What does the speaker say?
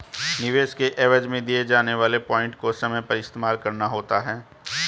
निवेश के एवज में दिए जाने वाले पॉइंट को समय पर इस्तेमाल करना होता है